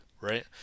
right